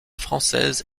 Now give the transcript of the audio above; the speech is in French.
française